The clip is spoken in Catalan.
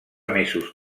mesos